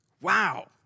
Wow